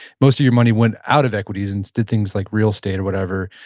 most of your money went out of equities and di things like real estate or whatever.